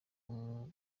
nawe